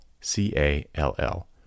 C-A-L-L